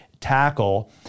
tackle